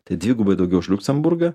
tai dvigubai daugiau už liuksemburgą